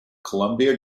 columbia